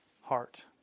heart